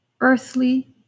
earthly